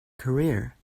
career